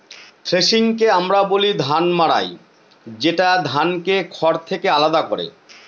থ্রেশিংকে আমরা বলি ধান মাড়াই যেটা ধানকে খড় থেকে আলাদা করে